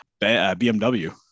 BMW